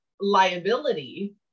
liability